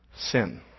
sin